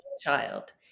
child